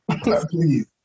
Please